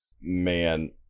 man